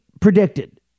predicted